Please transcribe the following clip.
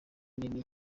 nini